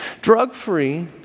drug-free